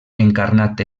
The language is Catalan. encarnat